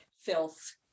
filth